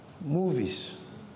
Movies